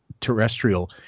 terrestrial